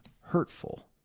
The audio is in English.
hurtful